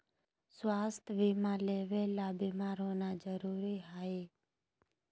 स्वास्थ्य बीमा लेबे ले बीमार होना जरूरी हय?